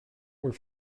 were